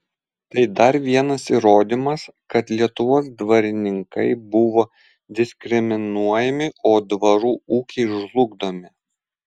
tai dar vienas įrodymas kad lietuvos dvarininkai buvo diskriminuojami o dvarų ūkiai žlugdomi